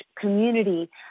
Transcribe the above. community